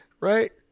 Right